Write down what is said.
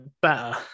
better